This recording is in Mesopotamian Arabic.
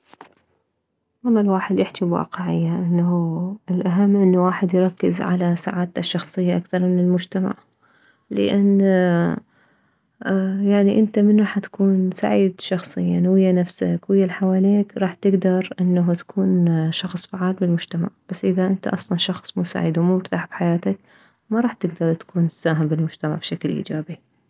والله الواحد يحجي بواقعية انه الاهم انه الواحد يركز على سعادته الشخصية اكثر من المجتمع لان يعني انت من راح تكون سعيد شخصيا ويه نفسك ويه الحواليك راح تكدر انه تكون شخص فعال بالمجتمع بس اذا انت شخص مو سعيد ومو مرتاح بحياتك ما راح تكدر تكون تساهم بالمجتمع بشكل ايجابي